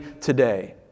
today